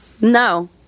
no